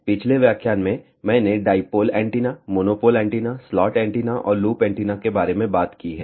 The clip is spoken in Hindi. पिछले व्याख्यान में मैंने dipole antenna monopole antenna slot antenna और लूप एंटीना के बारे में बात की है